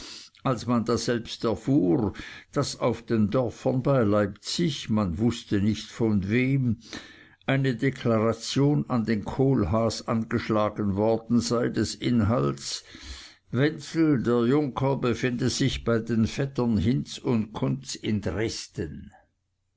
als man daselbst erfuhr daß auf den dörfern bei leipzig man wußte nicht von wem eine deklaration an den kohlhaas angeschlagen worden sei des inhalts wenzel der junker befinde sich bei seinen vettern hinz und kunz in dresden